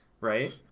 Right